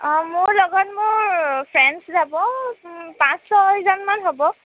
অঁ মোৰ লগত মোৰ ফ্ৰেণ্ডচ যাব পাঁচ ছয়জনমান হ'ব